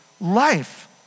life